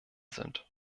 sind